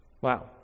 Wow